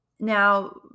Now